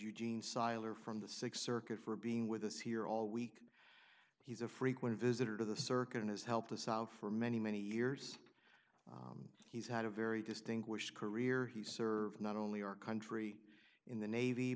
eugene seiler from the th circuit for being with us here all week he's a frequent visitor to the circuit and has helped us out for many many years he's had a very distinguished career he served not only our country in the navy